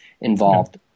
involved